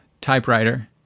typewriter